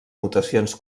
mutacions